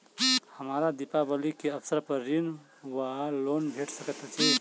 हमरा दिपावली केँ अवसर पर ऋण वा लोन भेट सकैत अछि?